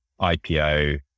IPO